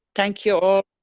thank you all.